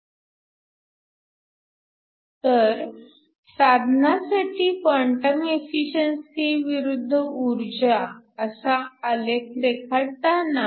तर ह्या साधनासाठी क्वांटम एफिशिअन्सी विरुद्ध ऊर्जा असा आलेख रेखाटताना